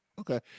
Okay